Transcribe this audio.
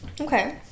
okay